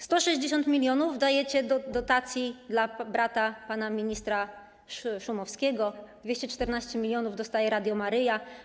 160 mln dajecie dotacji dla brata pana ministra Szumowskiego, 214 mln dostaje Radio Maryja.